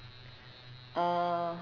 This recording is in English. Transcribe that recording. uh